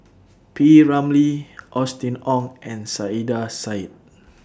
P Ramlee Austen Ong and Saiedah Said